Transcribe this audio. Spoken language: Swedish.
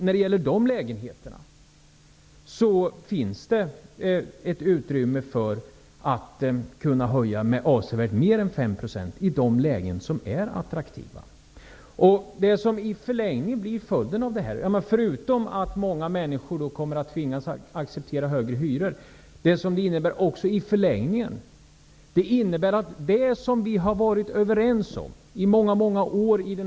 När det gäller de lägenheterna finns det ett utrymme för att kunna höja med avsevärt mer än 5 % i de lägen som är attraktiva. Det som i förlängningen blir följden av detta, förutom att många människor tvingas att acceptera högre hyror, är något som vi i denna kammare i många år har varit överens om att vi inte skall ha.